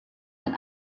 ein